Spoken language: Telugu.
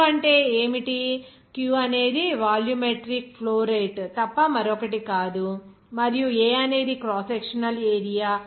u sp QA Q అంటే ఏమిటి Q అనేది వాల్యూమెట్రిక్ ఫ్లో రేటు తప్ప మరొకటి కాదు మరియు A అనేది క్రాస్ సెక్షనల్ ఏరియా